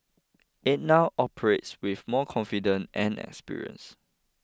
it now operates with more confident and experience